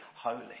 holy